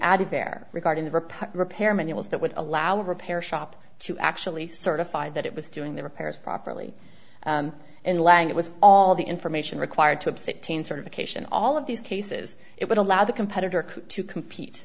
added there regarding the republican pair manuals that would allow a repair shop to actually certify that it was doing the repairs properly in lang it was all the information required to upset teen certification all of these cases it would allow the competitor to compete